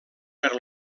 per